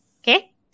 Okay